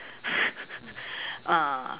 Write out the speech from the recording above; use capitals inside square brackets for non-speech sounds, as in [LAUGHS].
[LAUGHS] ah